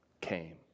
came